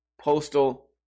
Postal